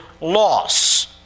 loss